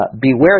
Beware